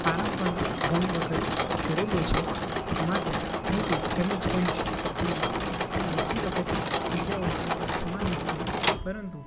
આરામ પણ ઘણી વખત કરેલો છે માટે હું તો એમ જ કહીશ કે દોડતી વખતે ઈજાઓ તો થવાની જ છે પરંતુ